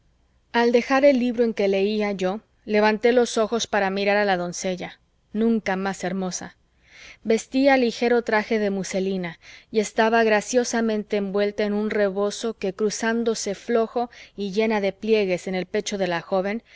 al dejar el libro en que leía yo levanté los ojos para mirar a la doncella nunca más hermosa vestía ligero traje de muselina y estaba graciosamente envuelta en un rebozo que cruzándose flojo y llena de pliegues en el pecho de la joven